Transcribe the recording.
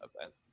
event